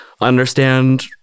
understand